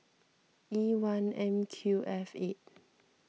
E one M Q F eight